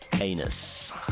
anus